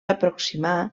aproximar